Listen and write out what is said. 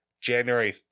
january